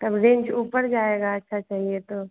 तब रेन्ज ऊपर जाएगा अच्छा चाहिए तो